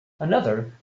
another